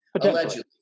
Allegedly